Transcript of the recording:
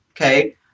okay